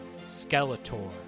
Skeletor